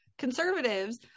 conservatives